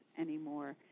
anymore